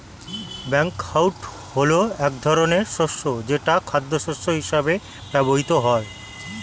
buckwheat হলো এক ধরনের শস্য যেটা খাদ্যশস্য হিসেবে ব্যবহৃত হয়